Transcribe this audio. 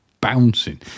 bouncing